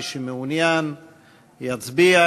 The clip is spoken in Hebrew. מי שמעוניין יצביע.